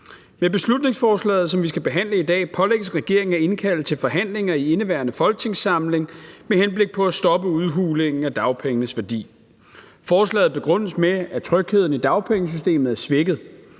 Med beslutningsforslaget, som vi skal behandle i dag, pålægges regeringen at indkalde til forhandlinger i indeværende folketingssamling med henblik på at stoppe udhulingen af dagpengenes værdi. Forslaget begrundes med, at trygheden i dagpengesystemet er svækket.